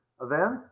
events